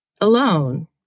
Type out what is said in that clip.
alone